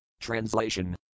Translation